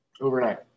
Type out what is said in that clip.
overnight